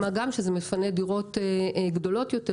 מה גם שזה מפנה דירות גדולות יותר,